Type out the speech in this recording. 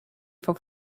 for